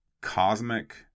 cosmic